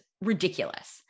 ridiculous